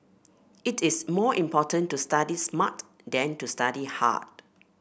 it is more important to study smart than to study hard